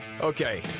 Okay